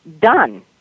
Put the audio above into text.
done